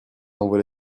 envolé